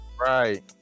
right